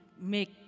make